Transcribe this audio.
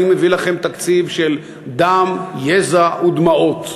אני מביא לכם תקציב של דם יזע ודמעות,